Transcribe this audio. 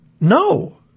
No